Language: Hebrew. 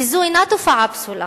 וזו אינה תופעה פסולה.